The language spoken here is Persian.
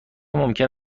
ممکن